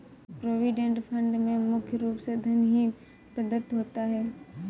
provident fund में मुख्य रूप से धन ही प्रदत्त होता है